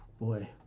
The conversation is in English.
boy